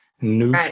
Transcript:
new